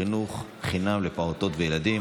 חינוך חינם לפעוטות וילדים),